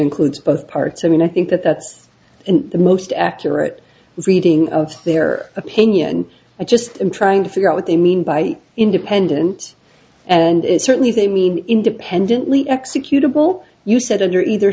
includes both parts i mean i think that that's in the most accurate reading of their opinion i just am trying to figure out what they mean by independent and certainly they mean independently executable you said and you're either